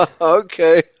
Okay